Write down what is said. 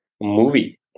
Movie